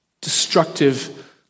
destructive